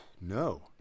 No